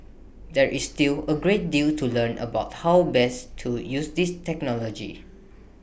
there is still A great deal to learn about how best to use this technology